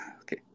Okay